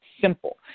Simple